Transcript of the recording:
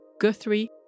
Guthrie